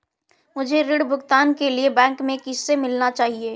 मुझे ऋण भुगतान के लिए बैंक में किससे मिलना चाहिए?